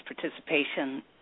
participation